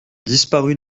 disparut